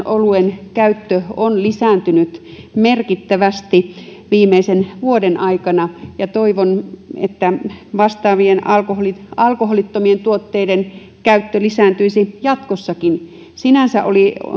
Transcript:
oluen käyttö on lisääntynyt merkittävästi viimeisen vuoden aikana toivon että vastaavien alkoholittomien tuotteiden käyttö lisääntyisi jatkossakin sinänsä oli